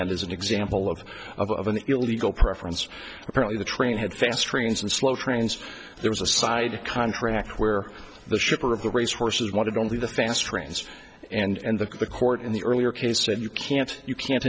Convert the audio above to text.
end as an example of of an illegal preference apparently the train had fast trains and slow trains there was a side contract where the shipper of the race horses wanted only the fast trains and that the court in the earlier case said you can't you can't